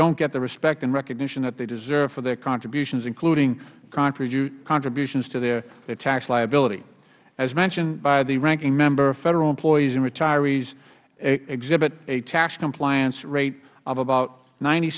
dont get the respect and recognition that they deserve for their contributions including contributions to their tax liability as mentioned by the ranking member federal employees and retirees exhibit a tax compliance rate of about ninety